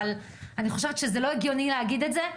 אבל אני חושבת שלא הגיוני להגיד את זה.